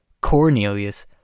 Cornelius